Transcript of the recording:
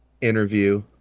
interview